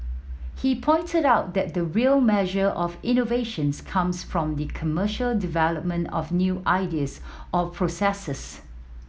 he pointed out that the real measure of innovations comes from the commercial development of new ideas or processes